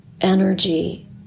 energy